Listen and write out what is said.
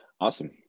Awesome